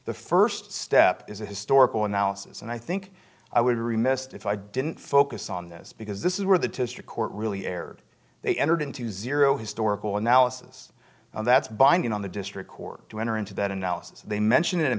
the first step is a historical analysis and i think i would be remiss if i didn't focus on this because this is where the district court really erred they entered into zero historical analysis that's binding on the district court to enter into that analysis they mention it in